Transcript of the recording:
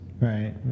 Right